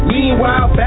Meanwhile